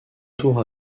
tour